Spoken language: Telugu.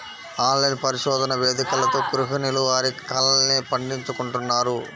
ఆన్లైన్ పరిశోధన వేదికలతో గృహిణులు వారి కలల్ని పండించుకుంటున్నారు